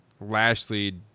Lashley